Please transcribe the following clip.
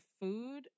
food